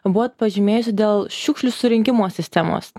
buvot pažymėjusi dėl šiukšlių surinkimo sistemos